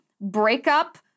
breakup